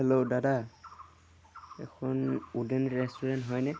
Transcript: hello দাদা এইখন wooden restaurant হয়নে